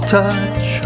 touch